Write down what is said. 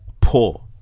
poor